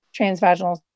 transvaginal